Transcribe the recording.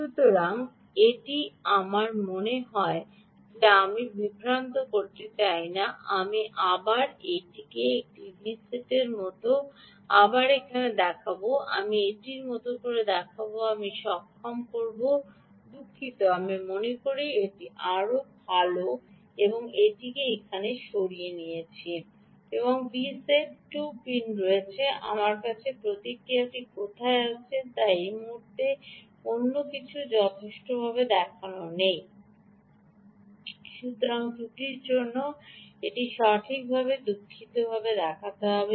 সুতরাং এটি আমার মনে হয় আমি বিভ্রান্ত করতে চাই না আমি আবার এটি এই Vset এর মতো আবার এখানে দেখাব আমি এটির মতো দেখাবো আমি সক্ষম দেখাবো দুঃখিত আমি মনে করি এটি আরও ভাল আমি এইটিকে এখানে সরিয়ে নিয়েছি এবং Vset 2 পিন রয়েছে আমাদের আছে প্রতিক্রিয়াটি কোথায় আসছে তা এই মুহুর্তের জন্য তিনি যথেষ্ট দেখান নি সুতরাং ত্রুটির জন্য এটি সঠিকভাবে দুঃখিত দেখাতে হবে